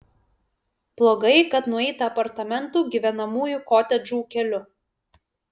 blogai kad nueita apartamentų gyvenamųjų kotedžų keliu